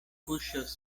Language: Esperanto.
kuŝas